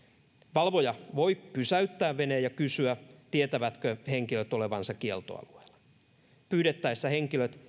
valvoja voi pysäyttää veneen ja kysyä tietävätkö henkilöt olevansa kieltoalueella pyydettäessä henkilöt